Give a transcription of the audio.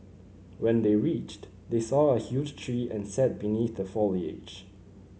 when they reached they saw a huge tree and sat beneath the foliage